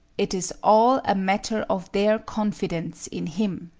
it is all a matter of their confidence in him.